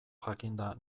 jakinda